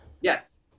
Yes